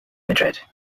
madrid